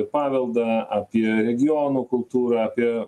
paveldą apie regionų kultūrą apie